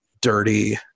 dirty